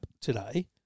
today